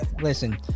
listen